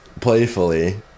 playfully